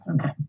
Okay